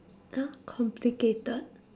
!huh! complicated